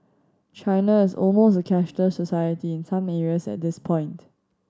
China is almost a cashless society in some areas at this point